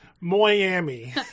Miami